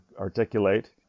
articulate